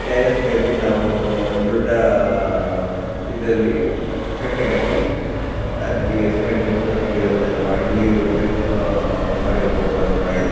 terrace ಮೇಲೆ ನಾವೂ ದೊಡ್ಡ ಇದಲ್ಲಿ ಕಟ್ಟೆ ಕಟ್ಟಿ ಅದಕ್ಕೆ ಸಿಮೆಂಟ್ ತೊಟ್ಟಿಗಳನ್ನೆಲ್ಲ ಮಾಡಿ ನೀರು ಹೊಡಿರಿ ಹೊರಗೆ ಹೋಗುವಾಗೆ ಮಾಡಿ